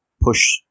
push